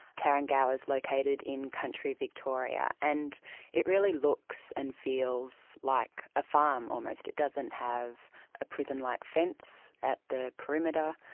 tarrengower is located in country victoria, and it really looks and feels like a farm almost, it doesn't have a prison-like fence at the perimeter,